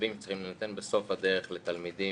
המשאבים צריכים להינתן בסוף הדרך לתלמידים